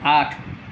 আঠ